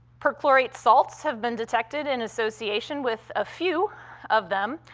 perchlorate salts have been detected in association with a few of them,